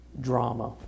drama